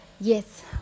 Yes